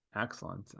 Excellent